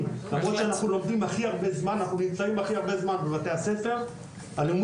הרבה זמן בבתי הספר הלימוד הוא לא לימוד איכותי.